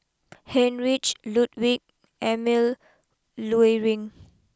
Heinrich Ludwig Emil Luering